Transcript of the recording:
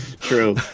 true